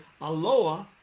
Aloha